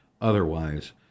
Otherwise